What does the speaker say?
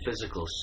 physical